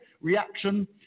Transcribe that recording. reaction